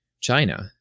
China